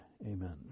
amen